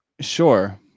sure